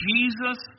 Jesus